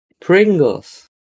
Pringles